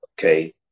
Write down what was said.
Okay